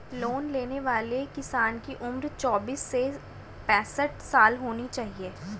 loan लेने वाले किसान की उम्र चौबीस से पैंसठ साल होना चाहिए